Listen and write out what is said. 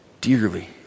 dearly